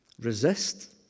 resist